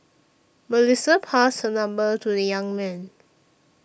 Melissa passed her number to the young man